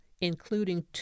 including